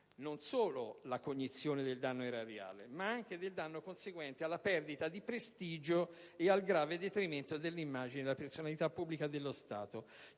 non solo la cognizione del danno erariale, ma anche di quello conseguente alla perdita di prestigio e al grave detrimento dell'immagine della personalità pubblica dello Stato,